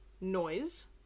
Noise